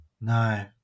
No